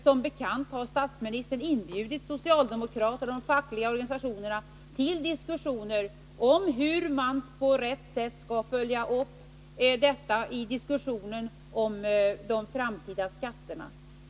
Som bekant har statsministern inbjudit socialdemokraterna och de fackliga organisationerna till diskussioner om hur man på rätt sätt skall följa upp detta i diskussionen om de framtida skatterna.